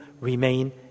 remain